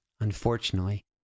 Unfortunately